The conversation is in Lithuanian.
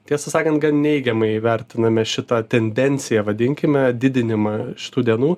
tiesą sakant gan neigiamai vertiname šitą tendenciją vadinkime didinimą šitų dienų